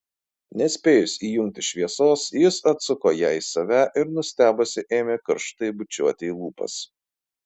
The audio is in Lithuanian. nespėjus įjungti šviesos jis atsuko ją į save ir nustebusią ėmė karštai bučiuoti į lūpas